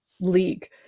league